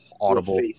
audible